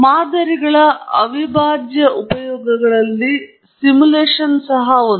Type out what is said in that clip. ಮಾದರಿಗಳ ಅವಿಭಾಜ್ಯ ಉಪಯೋಗಗಳಲ್ಲಿ ಸಿಮ್ಯುಲೇಶನ್ ಸಹ ಒಂದು